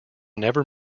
never